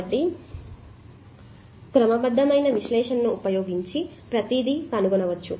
కాబట్టి క్రమబద్ధమైన విశ్లేషణ ను ఉపయోగించి ప్రతిదీ కనుగొనవచ్చు